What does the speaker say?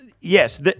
yes